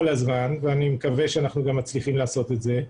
הזמן ואני מקווה שאנחנו גם מצליחים לעשות את זה.